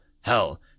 Hell